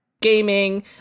gaming